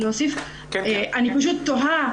אני פשוט תוהה,